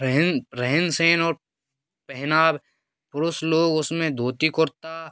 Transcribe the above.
रहन रहन सहन और पहनावा पुरुष लोग उसमें धोती कुर्ता